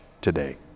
today